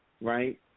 right